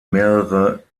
mehrere